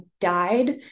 died